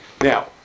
Now